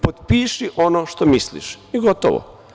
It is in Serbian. Potpiši ono što misliš i gotovo.